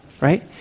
right